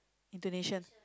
Indonesian